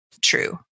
true